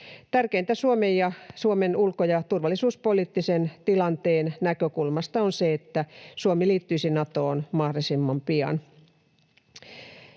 Tärkeintä Suomen ja Suomen ulko- ja turvallisuuspoliittisen tilanteen näkökulmasta on se, että Suomi liittyisi Natoon mahdollisimman pian.